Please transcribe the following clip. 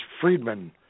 Friedman